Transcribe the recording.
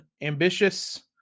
ambitious